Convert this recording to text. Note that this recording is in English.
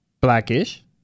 blackish